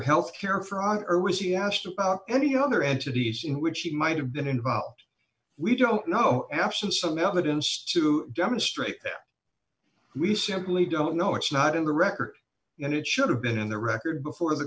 health care for our or was she asked about any other entities in which she might have been involved we don't know absent some evidence to demonstrate we simply don't know it's not in the record and it should have been in the record before the